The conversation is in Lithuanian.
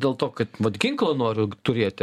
dėl to kad vat ginklą noriu turėti